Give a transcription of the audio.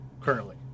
currently